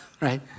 right